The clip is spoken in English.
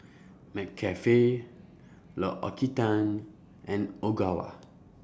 McCafe L'Occitane and Ogawa